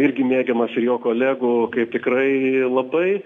irgi mėgiamas ir jo kolegų kaip tikrai labai